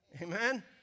Amen